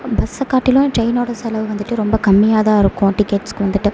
பஸ்ஸை காட்டிலும் ட்ரெயினோட செலவு வந்துவிட்டு ரொம்ப கம்மியாக தான் இருக்கும் டிக்கெட்ஸ்க்கு வந்துவிட்டு